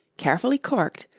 carefully corked,